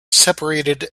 separated